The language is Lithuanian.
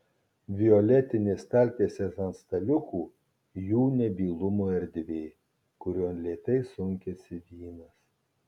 violetinės staltiesės ant staliukų jų nebylumo erdvė kurion lėtai sunkiasi vynas